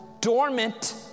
dormant